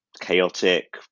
chaotic